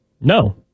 No